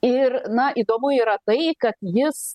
ir na įdomu yra tai kad jis